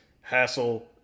hassle